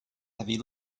heavy